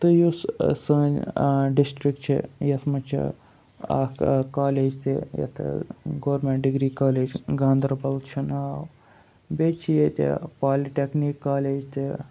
تہٕ یُس سٲنۍ ڈِسٹِرٛک چھِ یَتھ منٛز چھِ اَکھ کالج تہِ یَتھ گورمیٚنٛٹ ڈِگری کالج گاندَربَل چھُ ناو بیٚیہِ چھِ ییٚتہِ پالِٹیٚکنیٖک کالج تہِ